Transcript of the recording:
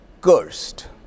cursed